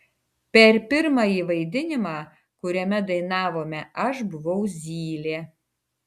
per pirmąjį vaidinimą kuriame dainavome aš buvau zylė